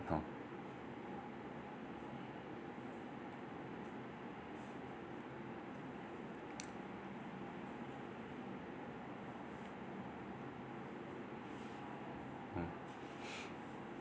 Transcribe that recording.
orh